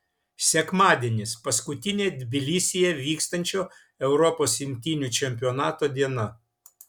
sekmadienis paskutinė tbilisyje vykstančio europos imtynių čempionato diena